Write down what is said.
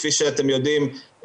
כפי שאתם יודעים,